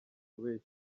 kubeshya